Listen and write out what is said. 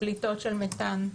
פליטות של מתאן,